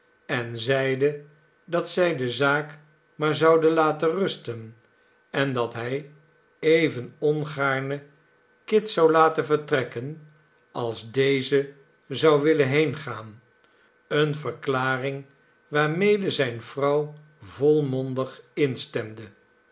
en zeide dat zij de zaak maar zouden laten rusten en dat hij even ongaarne kit zou laten vertrekken als deze zou willen heengaan eene verklaring waarmede zijne vrouw volmondig instemde